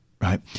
right